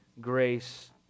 Grace